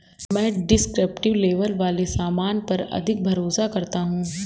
मैं descriptive label वाले सामान पर अधिक भरोसा करता हूं